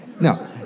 No